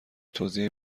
توضیح